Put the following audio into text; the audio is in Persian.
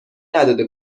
نداده